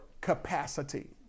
capacity